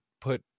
put